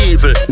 Evil